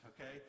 Okay